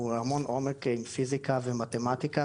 הוא המון עומק עם פיזיקה ומתמטיקה,